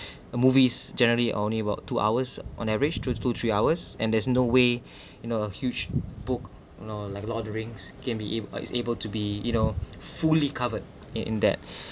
uh movies generally only about two hours on average two to two three hours and there is no way you know a huge book you know like lord of the rings can be in or is able to be you know fully covered in in that